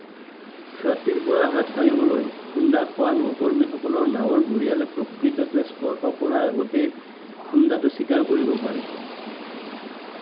ক্ষতিৰ পৰা হাত সাৰিবলৈ খুন্দাখোৱা নৌ কৰ্মীসকলৰ নাৱৰ গুৰিয়ালে প্ৰকৃততে স্পৰ্শ কৰাৰ আগতেই খুন্দাটো স্বীকাৰ কৰিব পাৰে